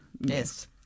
Yes